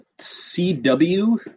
CW